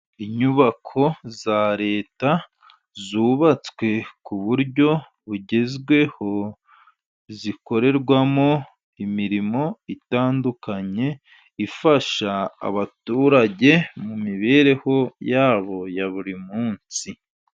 Inyubako za Leta zubatswe ku buryo bugezweho, zikorerwamo imirimo itandukanye, ifasha abaturage mu mibereho yabo ya buri munsi.